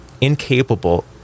incapable